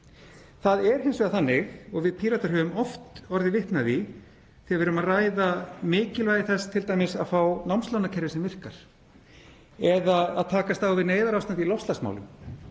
Það er hins vegar þannig og við Píratar höfum oft orðið vitni að því þegar við erum að ræða mikilvægi þess t.d. að fá námslánakerfi sem virkar eða takast á við neyðarástand í loftslagsmálum